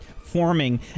forming